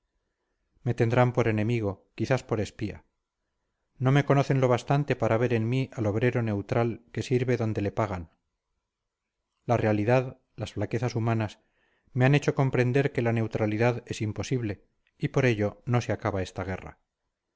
me tendrán por enemigo quizás por espía no me conocen lo bastante para ver en mí al obrero neutral que sirve donde le pagan la realidad las flaquezas humanas me han hecho comprender que la neutralidad es imposible y por ello no se acaba esta guerra